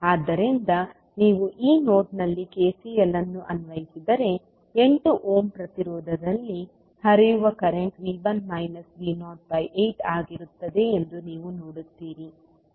ಆದ್ದರಿಂದ ನೀವು ಈ ನೋಡ್ನಲ್ಲಿ KCL ಅನ್ನು ಅನ್ವಯಿಸಿದರೆ 8 ಓಮ್ ಪ್ರತಿರೋಧದಲ್ಲಿ ಹರಿಯುವ ಕರೆಂಟ್ V1 V08 ಆಗಿರುತ್ತದೆ ಎಂದು ನೀವು ನೋಡುತ್ತೀರಿ